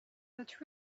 but